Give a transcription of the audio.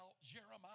Jeremiah